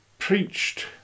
preached